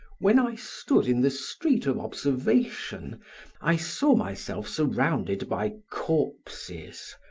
when i stood in the street of observation i saw myself surrounded by corpses,